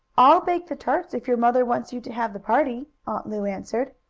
i'll bake the tarts, if your mother wants you to have the party, aunt lu answered.